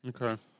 Okay